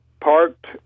parked